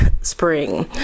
spring